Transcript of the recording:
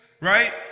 right